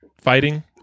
fighting